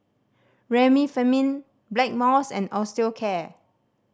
Remifemin Blackmores and Osteocare